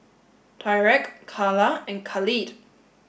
Tyreke Karla and Khalid